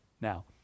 Now